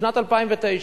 בשנת 2009,